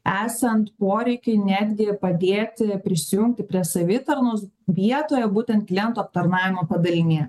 esant poreikiui netgi padėti prisijungti prie savitarnos vietoje būtent klientų aptarnavimo padalinyje